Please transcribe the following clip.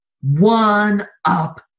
One-up